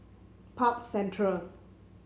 Park Central